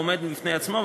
העומד בפני עצמו,